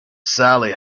sally